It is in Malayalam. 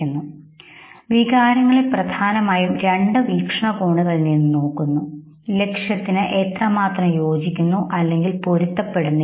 അത് വികാരങ്ങളെ പ്രധാനമായും രണ്ട് വീക്ഷണകോണുകളിൽ നിന്ന് നോക്കുന്നു ലക്ഷ്യത്തിനു എത്രമാത്രം യോജിക്കുന്നു അല്ലെങ്കിൽ പൊരുത്തപ്പെടുന്നില്ല